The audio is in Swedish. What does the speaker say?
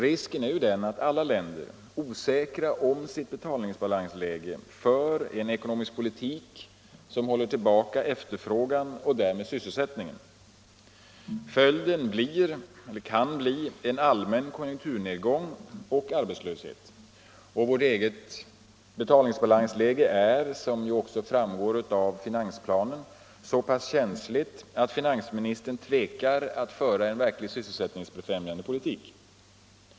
Risken är den att alla länder — osäkra om sitt betalningsbalansläge — för en ekonomisk politik som håller tillbaka efterfrågan och därmed sysselsättningen. Följden kan bli en allmän konjunkturnedgång och arbetslöshet. Vårt eget betalningsbalansläge är, såsom också framgår av finansplanen, så pass känsligt att finansministern tvekar att föra en verkligt sysselsättningsfrämjande politik.